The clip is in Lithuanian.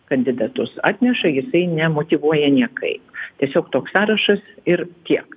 kandidatus atneša jisai nemotyvuoja niekaip tiesiog toks sąrašas ir tiek